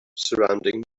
surrounding